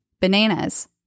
bananas